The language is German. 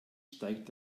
steigt